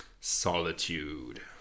Solitude